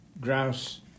Grouse